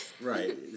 right